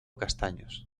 castaños